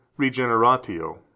regeneratio